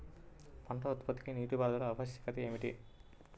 పంట ఉత్పత్తికి నీటిపారుదల ఆవశ్యకత ఏమిటీ?